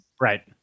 Right